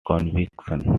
conviction